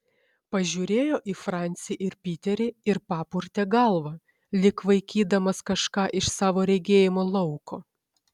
pažiūrėjo į francį ir piterį ir papurtė galvą lyg vaikydamas kažką iš savo regėjimo lauko